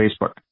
Facebook